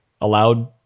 allowed